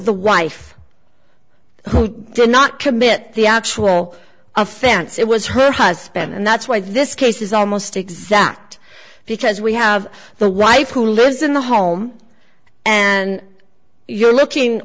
the wife who did not commit the actual offense it was her husband and that's why this case is almost exact because we have the wife who lives in the home and you're looking